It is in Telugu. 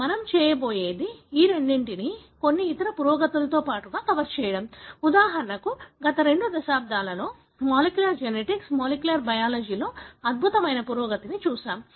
మనం చేయబోయేది ఈ రెండింటిని కొన్ని ఇతర పురోగతులతో పాటుగా కవర్ చేయడం ఉదాహరణకు గత రెండు దశాబ్దాలలో మాలిక్యులర్ జెనెటిక్స్ మాలిక్యులర్ బయాలజీలో అద్భుతమైన పురోగతిని చూశాము